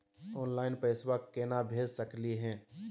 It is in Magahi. ऑनलाइन पैसवा केना भेज सकली हे?